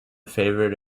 favoured